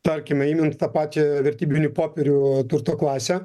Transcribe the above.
tarkime imant tą patį vertybinių popierių turto klasę